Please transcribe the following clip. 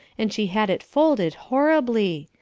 and she had it folded horribly.